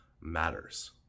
matters